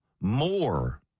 more